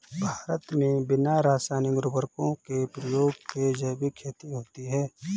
भारत मे बिना रासायनिक उर्वरको के प्रयोग के जैविक खेती होती है